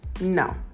No